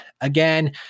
again